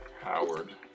Howard